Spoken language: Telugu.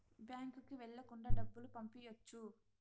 బ్యాంకుకి వెళ్ళకుండా డబ్బులు పంపియ్యొచ్చు